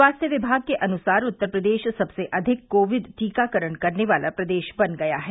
स्वास्थ्य विमाग के अनुसार उत्तर प्रदेश सबसे अधिक कोविड टीकाकरण करने वाला प्रदेश बन गया है